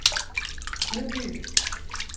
ᱛᱤᱱᱟᱹᱜ ᱯᱤᱥ